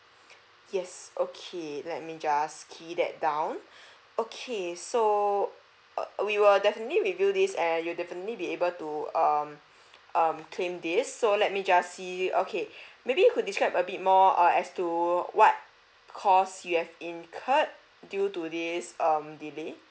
yes okay let me just key that down okay so err we will definitely review this and you definitely be able to um um claim this so let me just see okay maybe you could describe a bit more err as to what cost you have incurred due to this um delay